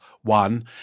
one